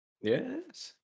Yes